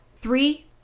three